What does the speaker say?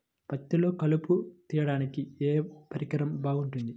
పత్తిలో కలుపు తీయడానికి ఏ పరికరం బాగుంటుంది?